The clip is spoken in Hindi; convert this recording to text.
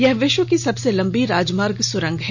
यह विश्व की सबसे लंबी राजमार्ग सुरंग है